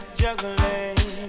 juggling